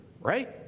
right